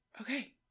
okay